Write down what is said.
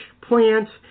plants